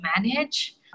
manage